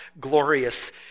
glorious